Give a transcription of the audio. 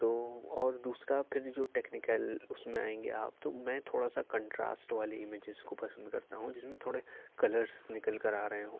تو اور دوسرا پھر جو ٹیکنیکل اس میں آئیں گے آپ تو میں تھوڑا سا کنٹراسٹ والے امیجز کو پسند کرتا ہوں جس میں تھوڑے کلرس نکل کر آ رہے ہوں